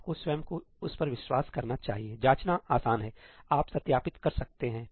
आपको स्वयं को उस पर विश्वास करना होगा जांचना आसान है आप सत्यापित कर सकते हैं